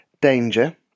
danger